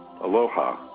Aloha